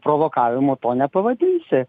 provokavimu to nepavadinsi